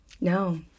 No